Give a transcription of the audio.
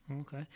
Okay